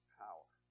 power